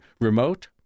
remote